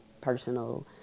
personal